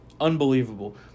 unbelievable